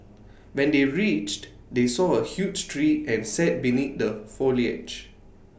when they reached they saw A huge tree and sat beneath the foliage